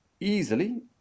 easily